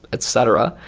etc,